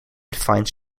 finds